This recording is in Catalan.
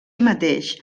mateix